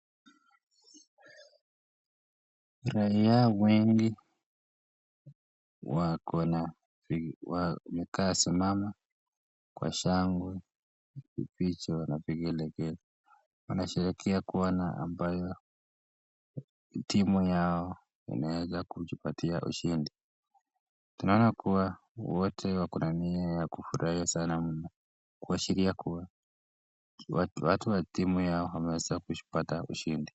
Raia wengi wamesimama kwa shangwe, vifinjo, na vigelegele wanasherehekea kuwa ni ambayo timu yao imeweza kujipatia ushindi, tunaona kuwa wote wako na nia ya kufurahia sana kuashiria kuwa watu wa timu yao wameweza kupata ushindi.